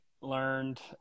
learned